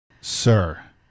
sir